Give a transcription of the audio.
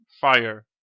fire